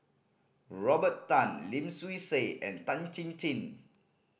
Robert Tan Lim Swee Say and Tan Chin Chin